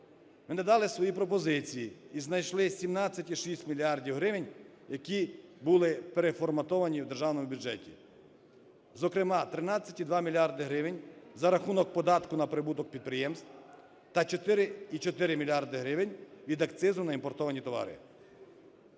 ми надали свої пропозиції, і знайшлись 17,6 мільярдів гривень, які були переформатовані в Державному бюджеті, зокрема 13,2 мільярда гривень за рахунок податку на прибуток підприємств та 4,4 мільярди гривень від акцизу на імпортовані товари.